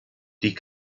die